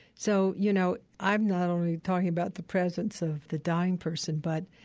so, you know, i'm not only talking about the presence of the dying person but,